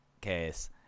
case